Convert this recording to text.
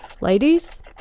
ladies